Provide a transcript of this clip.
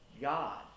God